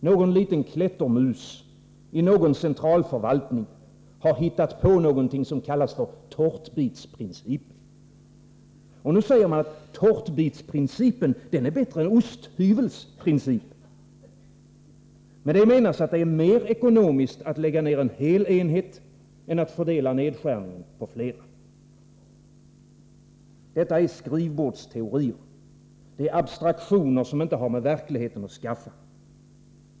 Någon liten klättermus i någon centralförvaltning har hittat på något som kallas för tårtbitsprincip. Och nu säger man att tårtbitsprincipen är bättre än osthyvelsprincipen. Med det menas att det är mer ekonomiskt att lägga ner en hel enhet än att fördela nedskärningen på flera. Detta är skrivbordsteorier, abstraktioner som inte har med verkligheten att skaffa.